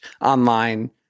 online